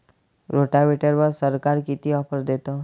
रोटावेटरवर सरकार किती ऑफर देतं?